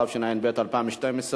התשע"ב 2012,